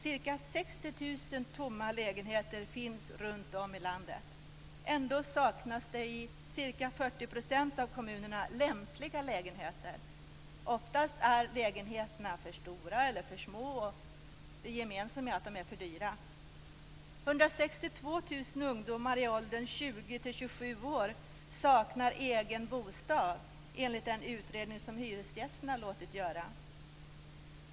Ca 60 000 tomma lägenheter finns runt om i landet. Ändå saknas det i ca 40 % av kommunerna lämpliga lägenheter. Oftast är lägenheterna för stora eller för små. Det gemensamma är att de är för dyra. Enligt en utredning som Hyresgästföreningen låtit göra saknar 162 000 ungdomar i åldern 20-27 år egen bostad.